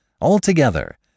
altogether